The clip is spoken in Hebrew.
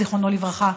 זיכרונו לברכה,